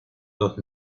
dos